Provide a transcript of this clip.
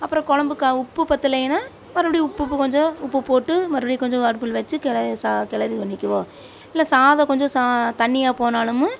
அப்புறம் குழம்புக்கா உப்பு பற்றலேன்னா மறுபடி உப்பு கொஞ்சம் உப்பு போட்டு மறுபடி கொஞ்சம் அடுப்பில் வச்சு கெளய சா கிளரி பண்ணிக்குவோம் இல்லை சாதம் கொஞ்சம் சா தண்ணியாக போனாலும்